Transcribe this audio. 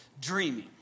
dreaming